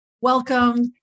Welcome